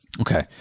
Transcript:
okay